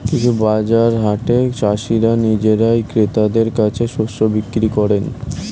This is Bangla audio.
কিছু বাজার হাটে চাষীরা নিজেরাই ক্রেতাদের কাছে শস্য বিক্রি করেন